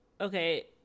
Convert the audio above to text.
okay